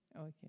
Okay